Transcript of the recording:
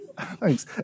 Thanks